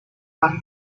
vasco